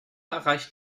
erreicht